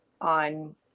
on